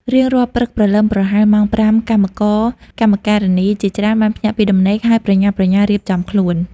រៀងរាល់ព្រឹកព្រលឹមប្រហែលម៉ោង ៥ កម្មករកម្មការិនីជាច្រើនបានភ្ញាក់ពីដំណេក ហើយប្រញាប់ប្រញាល់រៀបចំខ្លួន។